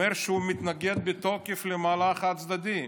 אומר שהוא מתנגד בתוקף למהלך חד-צדדי.